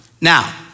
Now